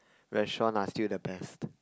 restaurant are still the best